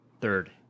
third